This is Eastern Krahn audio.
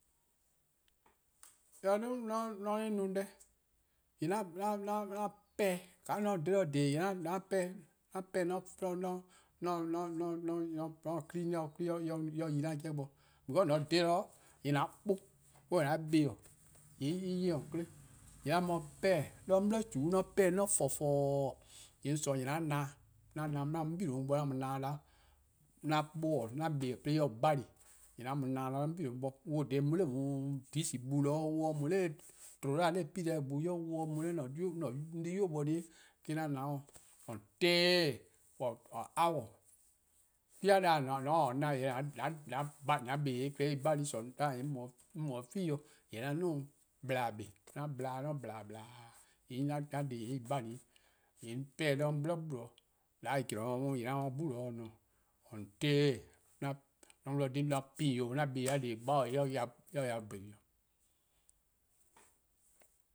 :Mor eh 'dhu 'on se no-deh 'ble :yee' 'an 'pehn dih, :mor 'on :dhe-dih :dheeee: :yee' 'on 'pehn-dih. 'An 'pehn-dih 'an 'kpa+-a yi en 'jeh bo. Because :mor :on :dhe-dih :yee' an-a' 'kpuh-: 'dekorn: an-a' buh+-: :yee' en 'ye-dih :on 'kle. :yee' 'an mu-dih 'pehn, 'de 'on 'bli :chuu 'di, :mor 'on 'pehn-dih 'on :forn fornornorn:,:yee' 'on :sorn 'weh 'an na-dih 'an-dih 'an mu 'de 'on 'bei' bo 'an mu-dih :na 'da. 'An 'kpuh-: 'an buh+-: :mor en gba-dih :yee' 'an mu-dih :na-da 'de 'on 'bei' bo. "Wluh-da :dha :daa mu 'de dici-gbu 'de, 'wluh 'de mu 'de tluh 'dlu 'de pileh 'i gbu bo, 'wluh 'de mu 'de 'an 'de 'an 'de-di :boi' 'bli deh+-' dih, me-: 'an na-a dih. for day, for hour. 'Kwi-a 'da :mor :on taa na :yee' an buh+ en gba-dih, sometime, :yee' 'on mu 'de field, :yee' 'on :duo'-dih ple-a 'weh, :mor 'on ple-dih pleeee:, :yee' 'an deh :daa en gba-dih. :yee' 'on 'pehn-dih 'de 'on 'bli 'gbu, :yee' 'de 'we-eh :dao' 'di :yee' 'an mu 'de 'gbu dih :dhee untail'an pain 'o 'an buh+-a deh :en gba-a en 'ye ya behni:.